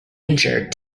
injured